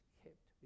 kept